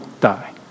die